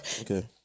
Okay